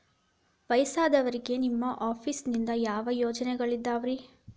ವಯಸ್ಸಾದವರಿಗೆ ನಿಮ್ಮ ಆಫೇಸ್ ನಿಂದ ಯಾವ ಯೋಜನೆಗಳಿದಾವ್ರಿ?